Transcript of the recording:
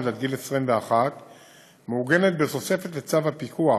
עד גיל 21 מעוגנת בתוספת לצו הפיקוח,